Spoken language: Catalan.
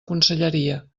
conselleria